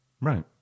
Right